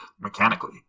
mechanically